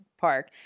park